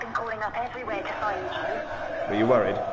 calling up everywhere to find you! were you worried?